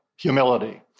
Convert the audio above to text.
humility